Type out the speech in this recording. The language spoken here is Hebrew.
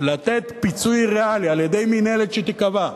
לתת פיצוי ריאלי על-ידי מינהלת שתיקבע,